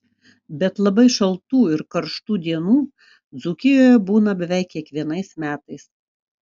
bet labai šaltų ir karštų dienų dzūkijoje būna beveik kiekvienais metais